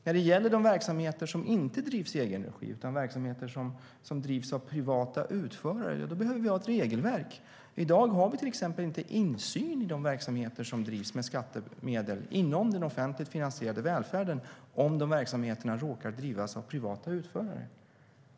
När det gäller de verksamheter som inte drivs i egen regi - verksamheter som drivs av privata utförare - behöver vi ha ett regelverk. I dag har vi till exempel inte insyn i de verksamheter som drivs med skattemedel inom den offentligt finansierade välfärden om verksamheterna råkar drivas av privata utförare.